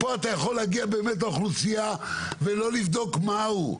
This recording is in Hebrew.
פה אתה יכול להגיע באמת לאוכלוסייה ולא לבדוק מה הוא,